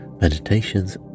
meditations